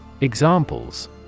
Examples